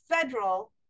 federal